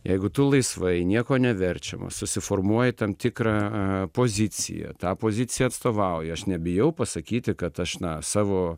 jeigu tu laisvai nieko neverčiamas susiformuoji tam tikrą a poziciją tą poziciją atstovauji aš nebijau pasakyti kad aš na savo